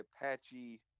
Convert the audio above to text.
apache